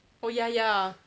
oh ya ya